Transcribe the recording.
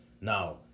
Now